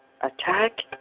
attack